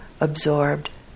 absorbed